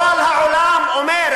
כל העולם אומר.